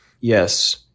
Yes